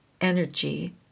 energy